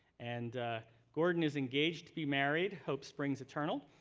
and gordon is engaged to be married. hope springs eternal.